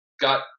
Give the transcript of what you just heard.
got